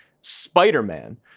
Spider-Man